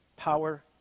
power